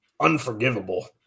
unforgivable